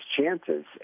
chances